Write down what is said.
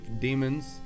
demons